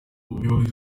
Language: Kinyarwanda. umuyobozi